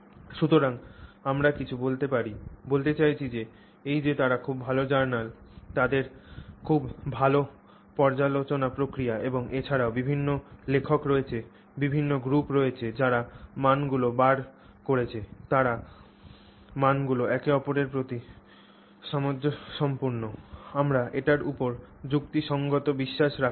সুতরাং আমরা কিছু বলতে পারি বলতে চাইছি এই যে তারা খুব ভাল জার্নাল তাদের খুব ভাল পর্যালোচনা প্রক্রিয়া এবং এছাড়াও বিভিন্ন লেখক রয়েছে বিভিন্ন গ্রুপ রয়েছে যারা মানগুলি বার করছে আর মানগুলি একে অপরের প্রতি সামঞ্জস্যপূর্ণ আমরা এটির উপর যুক্তিসঙ্গত বিশ্বাস রাখতে পারি